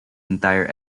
entire